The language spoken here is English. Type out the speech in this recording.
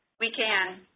we can.